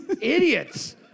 idiots